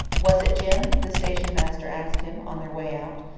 was it jim? the station master asked him, on their way out.